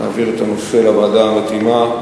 להעביר את הנושא לוועדה המתאימה,